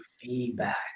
feedback